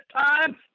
time